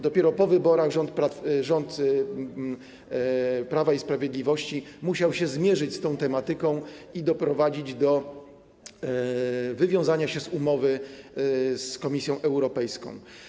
Dopiero po wyborach rząd Prawa i Sprawiedliwości musiał się zmierzyć z tą tematyką i doprowadzić do wywiązania się z umowy z Komisją Europejską.